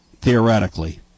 theoretically